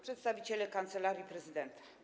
Przedstawiciele Kancelarii Prezydenta!